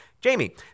Jamie